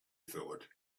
thought